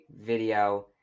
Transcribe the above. video